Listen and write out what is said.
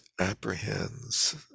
apprehends